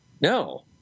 no